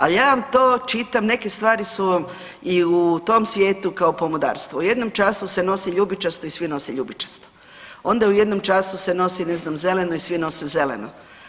Ali, ja vam to čitam, neke stvari su vam i u tom svijetu kao pomodarstvo, u jednom času se nosi ljubičasto i svi nove ljubičasto, onda u jednom času se nosi, ne znam, zeleno i svi nose zeleno.